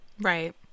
Right